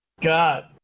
god